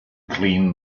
clean